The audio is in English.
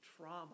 trauma